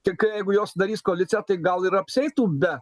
tik jeigu jos sudarys koaliciją tai gal ir apsieitų be